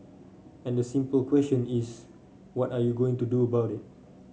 and the simple question is what are you going to do about it